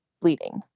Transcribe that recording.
bleeding